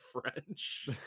French